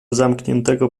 zamkniętego